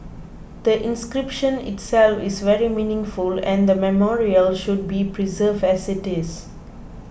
the inscription itself is very meaningful and the memorial should be preserved as it is